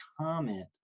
comment